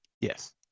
Yes